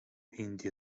indie